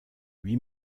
lui